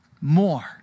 more